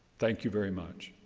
thank you very much.